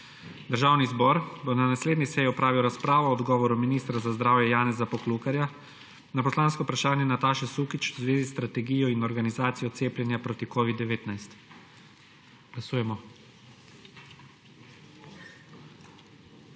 Državni zbor bo na naslednji seji opravil razpravo o odgovoru ministra za zdravje Janeza Poklukarja na poslansko vprašanje Nataše Sukič v zvezi s strategijo in organizacijo cepljenja proti covid-19. Glasujemo.